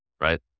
right